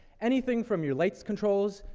anything from your lights controls,